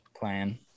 plan